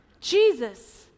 Jesus